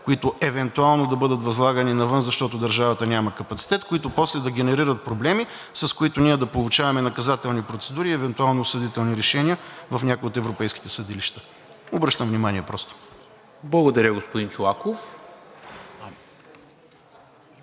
които евентуално да бъдат възлагани навън, защото държавата няма капацитет, които после да генерират проблеми, с които ние да получаваме наказателни процедури и евентуално осъдителни решения в някои от европейските съдилища. Обръщам внимание просто. ПРЕДСЕДАТЕЛ НИКОЛА